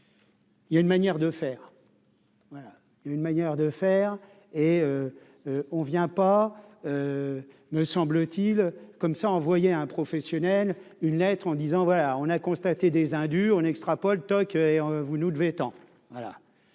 Il y a une manière de faire. Voilà une manière de faire et on vient pas me semble-t-il, comme ça, envoyer un professionnel une lettre en disant : voilà, on a constaté des indus on extrapole toc et vous nous devez étant